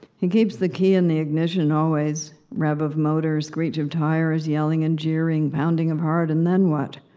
he keeps the key in the ignition, always. rev of motor, screech of tires, yelling and jeering, pounding of heart, and then what?